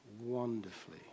wonderfully